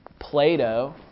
Plato